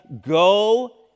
Go